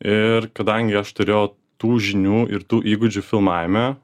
ir kadangi aš turėjau tų žinių ir tų įgūdžių filmavime